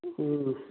ꯎꯝ